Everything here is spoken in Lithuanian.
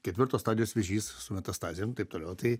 ketvirtos stadijos vėžys su metastazėm taip toliau tai